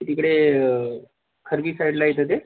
तिकडे खडकी साइडला येतं ते